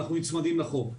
אנחנו נצמדים לחוק.